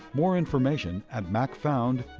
more information at macfound